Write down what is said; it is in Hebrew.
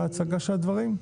בהצגה של הדברים,